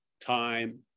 time